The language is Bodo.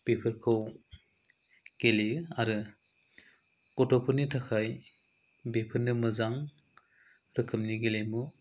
बिफोरखौ गेलेयो आरो गथ'फोरनि थाखाय बेफोरनो मोजां रोखोमनि गेलेमु